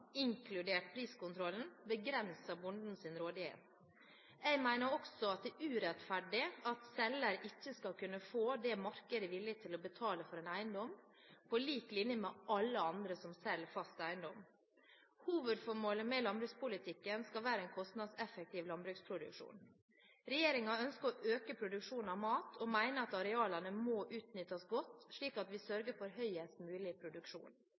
inkludert priskontrollen, begrenser bondens rådighet. Jeg mener også at det er urettferdig at selger ikke skal kunne få det markedet er villig til å betale for en eiendom, på lik linje med alle andre som selger fast eiendom. Hovedformålet med landbrukspolitikken skal være en kostnadseffektiv landbruksproduksjon. Regjeringen ønsker å øke produksjon av mat og mener at arealene må utnyttes godt, slik at vi sørger for høyest mulig produksjon.